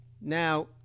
Now –